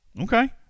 Okay